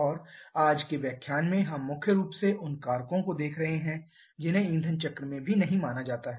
और आज के व्याख्यान में हम मुख्य रूप से उन कारकों को देख रहे हैं जिन्हें ईंधन चक्र में भी नहीं माना जाता है